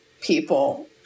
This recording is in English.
people